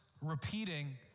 repeating